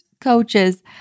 coaches